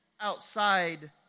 outside